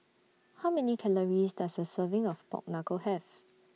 How Many Calories Does A Serving of Pork Knuckle Have